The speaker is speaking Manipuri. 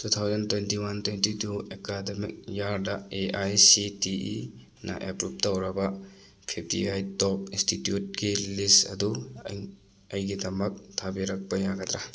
two thousand twenty one twenty two academic ꯏꯌꯥꯔꯗ A I C T E ꯅ ꯑꯦꯄ꯭ꯔꯨꯚ ꯇꯧꯔꯕ ꯐꯤꯐꯇꯤ ꯑꯥꯏꯠ ꯇꯣꯞ ꯏꯟꯁꯇꯤꯇ꯭ꯌꯨꯠ ꯀꯤ ꯂꯤꯁ ꯑꯗꯨ ꯑꯩꯒꯤꯗꯃꯛ ꯊꯥꯕꯤꯔꯛꯄ ꯌꯥꯒꯗ꯭ꯔꯥ